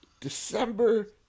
December